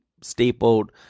stapled